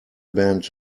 band